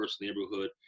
neighborhood